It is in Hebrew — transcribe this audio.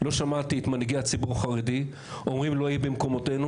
לא שמעתי את מנהיגי הציבור החרדי אומרים "לא יהיה במקומותינו,